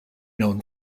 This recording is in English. known